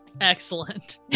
Excellent